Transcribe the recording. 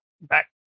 Back